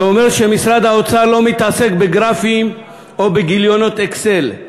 זה אומר שמשרד האוצר לא מתעסק בגרפים או בגיליונות "אקסל',